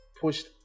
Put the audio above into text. pushed